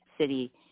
city